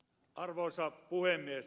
arvoisa puhemies